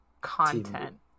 content